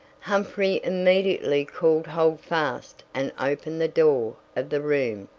humphrey immediately called holdfast and opened the door of the room,